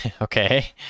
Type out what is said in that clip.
okay